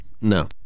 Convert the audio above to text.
No